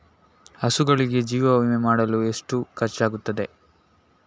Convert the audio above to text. ಹಸುಗಳಿಗೆ ಜೀವ ವಿಮೆ ಮಾಡಲು ಎಷ್ಟು ಖರ್ಚಾಗುತ್ತದೆ?